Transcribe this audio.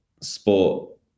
sport